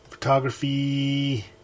photography